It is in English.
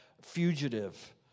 fugitive